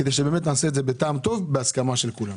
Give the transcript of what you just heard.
כדי שבאמת נעשה את זה בטעם טוב ובהסכמה של כולם.